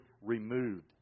removed